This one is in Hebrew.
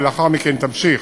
ולאחר מכן תמשיך